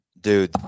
Dude